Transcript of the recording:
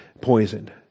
poisoned